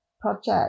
project